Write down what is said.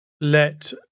let